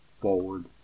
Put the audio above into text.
forward